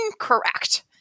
incorrect